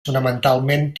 fonamentalment